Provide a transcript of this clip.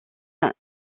elle